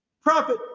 prophet